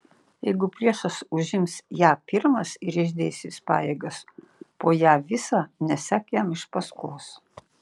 jeigu priešas užims ją pirmas ir išdėstys pajėgas po ją visą nesek jam iš paskos